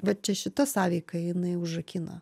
va čia šita sąveika jinai užrakina